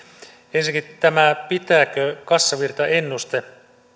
ensinnäkin tämä pitääkö kassavirtaennuste